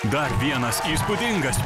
dar vienas įspūdingas